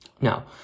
Now